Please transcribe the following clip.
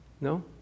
No